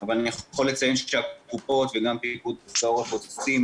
אבל אני יכול לציין שהקופות וגם פיקוד העורף עושים